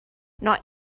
not